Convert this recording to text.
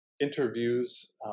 interviews